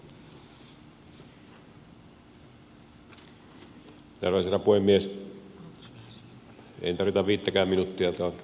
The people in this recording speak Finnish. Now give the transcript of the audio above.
tuo on kohtuullisen selkeää mitä edustaja hongisto tuossa lopussa otti